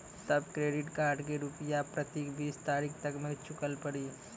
तब credit card के रूपिया प्रतीक बीस तारीख तक मे चुकल पड़ी?